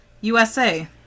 USA